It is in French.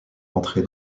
entrée